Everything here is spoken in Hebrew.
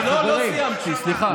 אני לא סיימתי, סליחה.